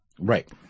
Right